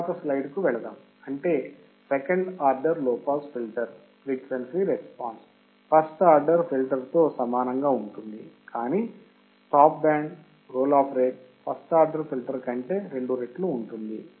తరువాతి స్లైడ్కు వెళ్దాం అంటే second order low pass filter frequency response first order filter తో సమానంగా ఉంటుంది కానీ stop band roll off rate first order filter కంటే రెండు రెట్లు ఉంటుంది